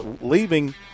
leaving